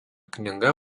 knyga